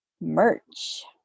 merch